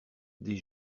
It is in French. des